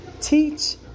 teach